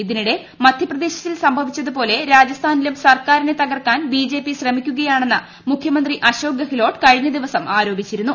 ഇതിനിടെ മധ്യപ്രദേശിൽ സംഭവിച്ചത് പോലെ രാജസ്ഥാനിലും സർക്കാരിനെ തകർക്കാൻ ബിജെപി ശ്രമിക്കുകയാണെന്ന് മുഖ്യമന്ത്രി അശോക് ഗെഹ്ലോട്ട് കഴിഞ്ഞ ദിവസം ആരോപിച്ചിരുന്നു